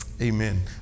Amen